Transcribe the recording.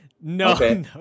No